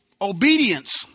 obedience